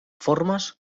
formes